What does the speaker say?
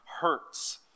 hurts